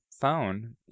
phone